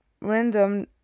random